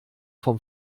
vom